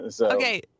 Okay